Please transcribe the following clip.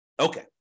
Okay